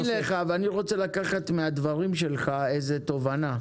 אני מאמין לך ואני רוצה לקחת מהדברים שלך איזה תובנה,